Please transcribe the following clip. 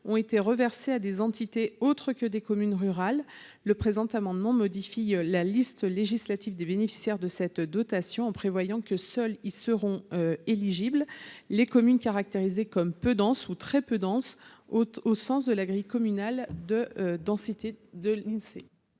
ont été reversés à des entités, autre que des communes rurales, le présent amendement modifie la liste des bénéficiaires de cette dotation en prévoyant que seuls, ils seront éligibles les communes caractérisées comme peu denses ou très peu denses au sens de la grille communal de densité de l'Insee.